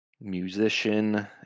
Musician